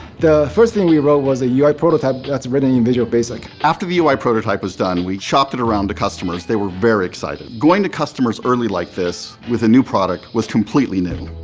the first thing we wrote was a yeah ui prototype that's written in visual basic. after the ui prototype was done, we chopped it around to customers, they were very excited. going to customers early like this with a new product was completely new.